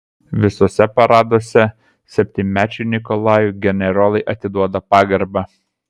visuose paraduose septynmečiui nikolajui generolai atiduoda pagarbą